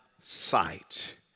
sight